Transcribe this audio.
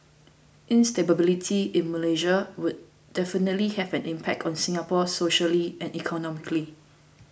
instability in Malaysia would definitely have an impact on Singapore socially and economically